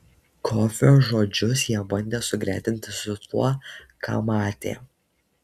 kofio žodžius jie bandė sugretinti su tuo ką matė